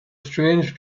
strange